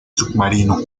submarino